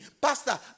Pastor